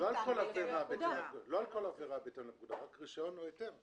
לא על כל עבירה בהתאם לפקודה אלא רק רישיון או היתר.